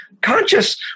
conscious